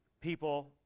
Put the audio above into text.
people